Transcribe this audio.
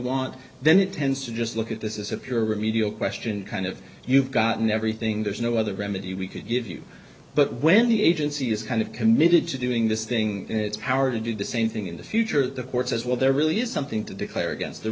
want then it tends to just look at this is a pure remedial question kind of you've gotten everything there's no other remedy we could give you but when the agency is kind of committed to doing this thing in its power to do the same thing in the future the courts as well there really is something to declare against